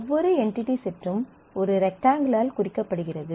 ஒவ்வொரு என்டிடி செட்டும் ஒரு ரெக்டாங்கிளால் குறிக்கப்படுகிறது